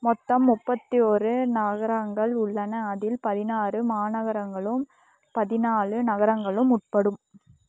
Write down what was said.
மொத்தம் முப்பத்தி ஒரு நகரங்கள் உள்ளன அதில் பதினாறு மாநகரங்களும் பதினாலு நகரங்களும் உட்படும்